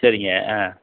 சரிங்க ஆ